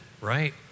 right